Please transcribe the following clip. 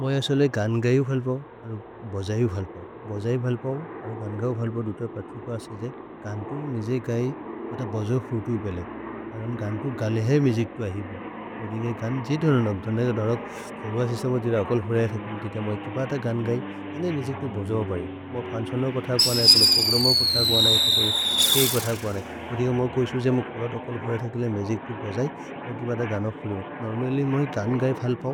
मोइ अस्वले गान् गायु फल्पओ अरु बजयु फल्पओ, बजयु फल्पओ। अरु गान् गाउ फल्पओ दुत प्रथो क असे जे गान्तु निजे गाइ ओत बजौ खुतु उपेलेक्। करन् गान्तु गाले है मिजिक् तु आहिपो। ओदिगे गान् जे धोन नक्धोन नेक दरक् खोरु आसिस मोजिर अकल् होदय थ किम्ति त मोइ किपात गान् गाइ हेने मिजिक् तु बजौ अपरि। मोइ फन्छल् नओ कोथ कुअ नाये, कोनो पोग्रम नओ कोथ कुअ नाये। कोतो है कोथ कुअ नाये। ओदिगे मोइ कोइसु जे अकल् होदय थ किम्ति मिजिक् तु बजयु, मोइ किपात गान होदय थ। नोर्मल्ल्य् मोइ गान् गायु फल्पओ,